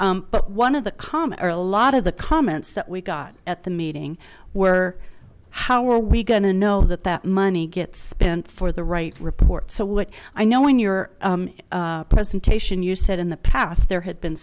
but one of the common are a lot of the comments that we got at the meeting were how are we going to know that that money gets spent for the right report so what i know in your presentation you said in the past there had been